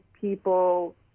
people